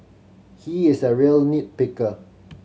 he is a real nit picker